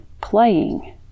playing